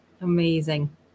amazing